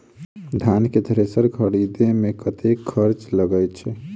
धान केँ थ्रेसर खरीदे मे कतेक खर्च लगय छैय?